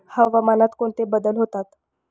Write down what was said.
हवामानात कोणते बदल होतात?